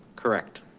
correct.